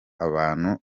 abantu